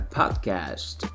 podcast